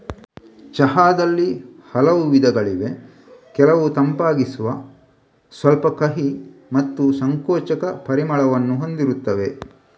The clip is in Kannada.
ಚಹಾದಲ್ಲಿ ಹಲವು ವಿಧಗಳಿವೆ ಕೆಲವು ತಂಪಾಗಿಸುವ, ಸ್ವಲ್ಪ ಕಹಿ ಮತ್ತು ಸಂಕೋಚಕ ಪರಿಮಳವನ್ನು ಹೊಂದಿರುತ್ತವೆ